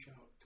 out